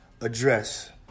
address